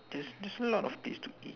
there's there's a lot of place to eat